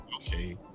okay